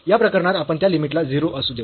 तर या प्रकरणात आपण त्या लिमिट ला 0 असू देऊ